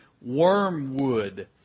wormwood